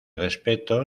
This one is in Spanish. respeto